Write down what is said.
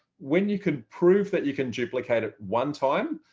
when you can prove that you can duplicate it one time,